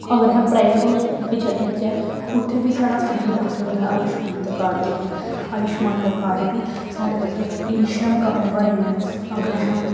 अगर अस private hospital च बी चली जाचै उत्थै बी साढ़ा फ्री इलाज होंदा आयुश्मान दे कार्ड दे उप्पर आयुश्मान दा कार्ड बी साढ़े बास्तै ई श्रम कार्ड बने ऐं अगर असें